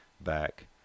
back